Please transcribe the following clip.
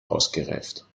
ausgereift